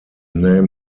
name